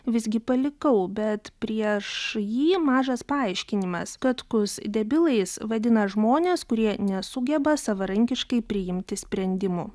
visgi palikau bet prieš jį mažas paaiškinimas katkus debilais vadina žmones kurie nesugeba savarankiškai priimti sprendimų